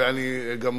ואני גם מפחד,